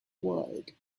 world